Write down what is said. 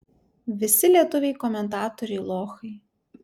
visi lietuviai komentatoriai lochai